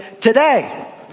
today